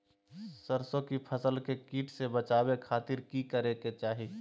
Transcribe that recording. सरसों की फसल के कीट से बचावे खातिर की करे के चाही?